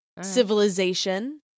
civilization